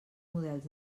models